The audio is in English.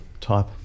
type